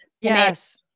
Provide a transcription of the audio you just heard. Yes